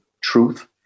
truth